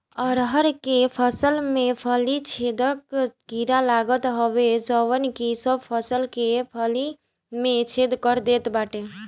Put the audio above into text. अरहर के फसल में फली छेदक कीड़ा लागत हवे जवन की सब फसल के फली में छेद कर देत बाटे